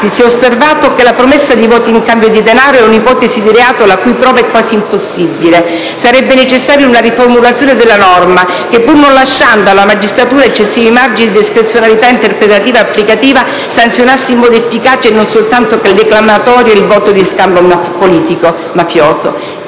si è osservato che la promessa di voti in cambio di denaro è un'ipotesi di reato la cui prova è quasi impossibile. Sarebbe necessaria una riformulazione della norma che, pur non lasciando alla magistratura eccessivi margini di discrezionalità interpretativa e applicativa, sanzionasse in modo efficace e non soltanto declamatorio il voto di scambio politico-mafioso».